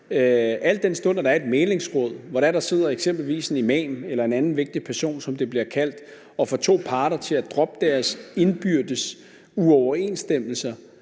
al den stund der er et mæglingsråd, hvor der eksempelvis sidder en imam eller en anden vigtig person, som det bliver kaldt, og får to parter til at droppe deres indbyrdes uoverensstemmelser;